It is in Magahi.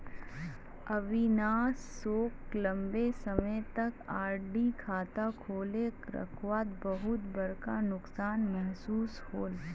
अविनाश सोक लंबे समय तक आर.डी खाता खोले रखवात बहुत बड़का नुकसान महसूस होल